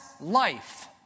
life